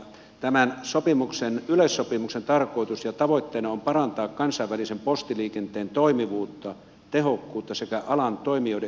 tämän yleissopimuksen tarkoitus ja tavoite on parantaa kansainvälisen postiliikenteen toimivuutta tehokkuutta sekä alan toimijoiden yhteistyötä